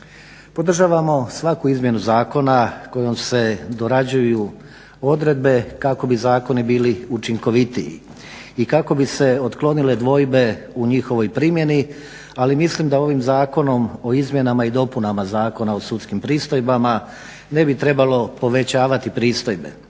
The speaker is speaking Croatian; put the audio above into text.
Podržavamo svaku izmjenu zakona kojom se dorađuju odredbe kako bi zakoni bili učinkovitiji i kako bi se otklonile dvojbe u njihovoj primjeni ali mislim da ovim zakonom o izmjenama i dopunama Zakona o sudskim pristojbama ne bi trebalo povećavati pristojbe